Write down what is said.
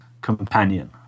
companion